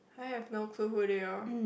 I have no clue who they are